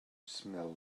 smell